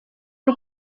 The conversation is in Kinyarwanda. y’u